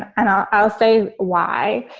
and i'll i'll say why?